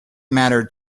mattered